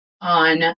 on